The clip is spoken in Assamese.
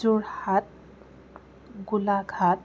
যোৰহাট ঘোলাঘাট